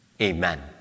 Amen